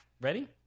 ready